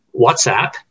WhatsApp